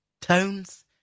tones